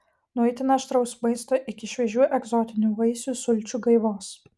nuo itin aštraus maisto iki šviežių egzotinių vaisių sulčių gaivos